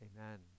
Amen